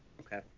Okay